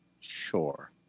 Sure